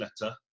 letter